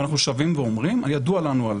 ואנחנו שבים ואומרים: ידוע לנו על